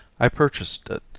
i purchased it,